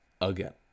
again